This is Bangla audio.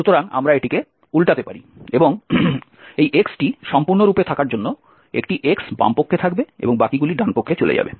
সুতরাং আমরা এটিকে উল্টাতে পারি এবং এই x টি সম্পূর্ণরূপে থাকার জন্য একটি x বামপক্ষে থাকবে এবং বাকিগুলি ডানপক্ষে চলে যাবে